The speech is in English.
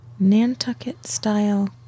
Nantucket-style